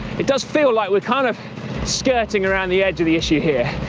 it does feel like we're kind of skirting around the edge of the issue here.